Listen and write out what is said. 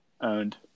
Owned